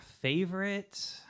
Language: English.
Favorite